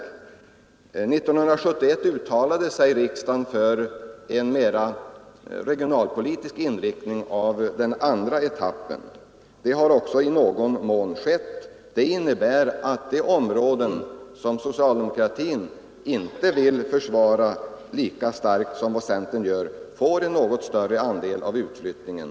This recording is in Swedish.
År 1971 uttalade sig riksdagen för en mera regionalpolitisk inriktning av denna andra etapp. Så har också skett i någon mån. Och det innebär att de områden som socialdemokraterna inte vill försvara lika starkt som centern får en något större andel av utflyttningen.